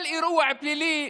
כל אירוע פלילי,